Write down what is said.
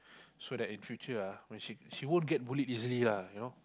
so that in future ah when she she won't get bullied easily lah you know